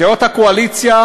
סיעות הקואליציה,